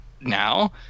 now